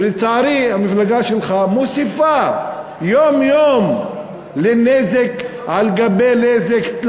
ולצערי המפלגה שלך מוסיפה יום-יום נזק על גבי נזק,